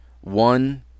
One